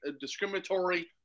discriminatory